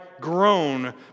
grown